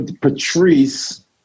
Patrice